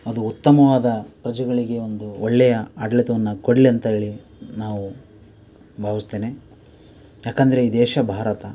ಅದು ಉತ್ತಮವಾದ ಪ್ರಜೆಗಳಿಗೆ ಒಂದು ಒಳ್ಳೆಯ ಆಡಳಿತವನ್ನ ಕೊಡಲಿ ಅಂತೇಳಿ ನಾವು ಭಾವಿಸ್ತೇನೆ ಯಾಕಂದರೆ ಈ ದೇಶ ಭಾರತ